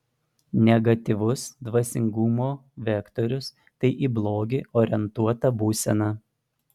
negatyvus dvasingumo vektorius tai į blogį orientuota būsena